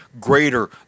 greater